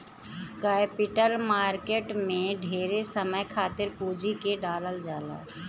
capital market में ढेरे समय खातिर पूंजी के डालल जाला